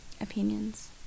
opinions